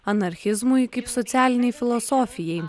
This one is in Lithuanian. anarchizmui kaip socialinei filosofijai